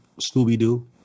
Scooby-Doo